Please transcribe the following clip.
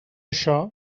això